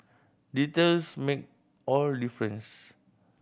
details make all difference